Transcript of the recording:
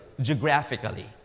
geographically